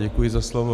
Děkuji za slovo.